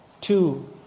two